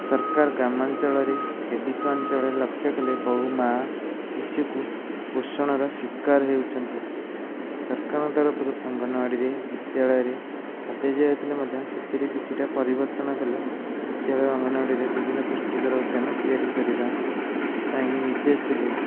ସରକାର ଗ୍ରାମାଞ୍ଚଳ ରେ କେଭିକେ ଅଞ୍ଚଳରେ ଲକ୍ଷ୍ୟ କଲେ ବହୁ ମା' ଶିଶୁକୁ ପୋଷଣର ଶିକାର ହେଉଛନ୍ତି ସରକାରଙ୍କ ତରଫରୁ ଅଙ୍ଗନବାଡ଼ି ରେ ବିଦ୍ୟାଳୟରେ ଖାଦ୍ୟ ଦିଆଯାଉଥିଲେ ମଧ୍ୟ ସେଥିରେ କିଛିଟା ପରିବର୍ତ୍ତନ କଲେ ବିଦ୍ୟାଳୟ ଅଙ୍ଗନବାଡ଼ିରେ ବିଭିନ୍ନ ପୁଷ୍ଟିକର ଉଦ୍ୟାନ ତିଆରି କରିବା ପାଇଁ ନିର୍ଦ୍ଦେଶ ଦେଲେ